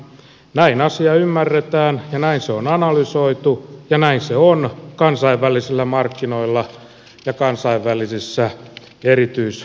näin asia ymmärretään ja näin se on analysoitu ja näin se on kansainvälisillä markkinoilla ja kansainvälisissä erityisjulkaisuissa